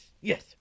Yes